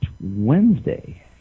Wednesday